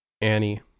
annie